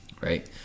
right